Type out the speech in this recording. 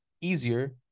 easier